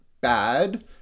bad